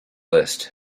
list